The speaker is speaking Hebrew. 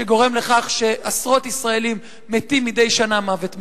שגורם לכך שעשרות ישראלים מתים מדי שנה מוות מיותר.